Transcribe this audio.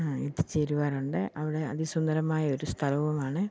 എത്തിച്ചേരാറുണ്ട് അവിടെ അതി സുന്ദരമായ ഒരു സ്ഥലവുമാണ്